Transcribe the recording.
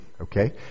Okay